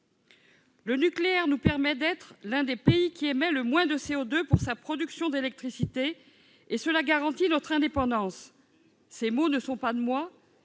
Le nucléaire « nous permet d'être l'un des pays qui émet le moins de CO2 pour la production d'électricité, et cela garantit notre indépendance »: ces mots ne sont pas de moi,